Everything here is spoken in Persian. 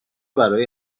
برای